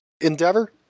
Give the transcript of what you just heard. endeavor